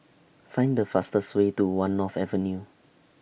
Find The fastest Way to one North Avenue